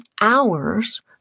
hours